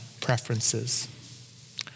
preferences